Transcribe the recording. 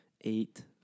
Eight